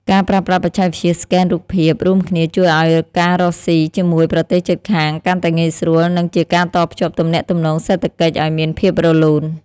ការប្រើប្រាស់បច្ចេកវិទ្យាស្កេនរូបភាពរួមគ្នាជួយឱ្យការរកស៊ីជាមួយប្រទេសជិតខាងកាន់តែងាយស្រួល និងជាការតភ្ជាប់ទំនាក់ទំនងសេដ្ឋកិច្ចឱ្យមានភាពរលូន។